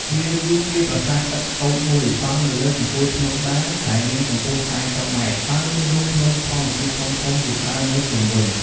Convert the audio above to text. វាគឺជាប្រាសាទឥដ្ឋតូចមួយសង់នៅលើកំពូលភ្នំដាដែលមានកម្ពស់ ៤០ ម៉ែត្រ ហើយមានរូងភ្នំធម្មជាតិធំៗជាច្រើននៅជុំវិញ។